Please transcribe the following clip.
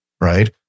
right